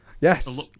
Yes